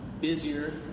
busier